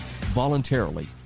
Voluntarily